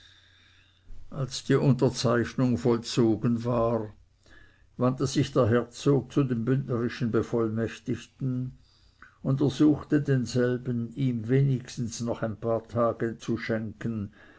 als die unterzeichnung vollzogen war wandte sich der herzog zu dem bündnerischen bevollmächtigten und ersuchte denselben ihm wenigstens noch ein paar tage zu schenken